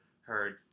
heard